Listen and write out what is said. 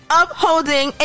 upholding